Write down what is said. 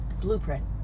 blueprint